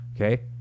okay